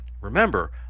Remember